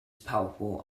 palpable